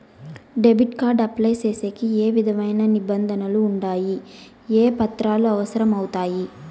Debit card apply సేసేకి ఏ విధమైన నిబంధనలు ఉండాయి? ఏ పత్రాలు అవసరం అవుతాయి?